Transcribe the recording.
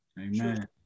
amen